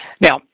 Now